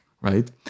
right